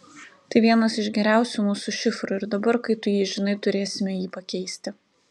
tai vienas iš geriausių mūsų šifrų ir dabar kai tu jį žinai turėsime jį pakeisti